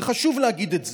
וחשוב להגיד את זה,